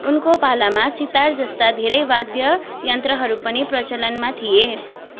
उनको पालामा सितार जस्ता धेरै वाद्य यन्त्रहरू पनि प्रचलनमा थिए